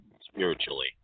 spiritually